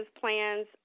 plans